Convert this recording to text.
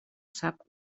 sap